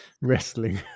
wrestling